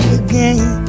again